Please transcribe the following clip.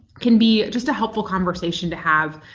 can be just a helpful conversation to have.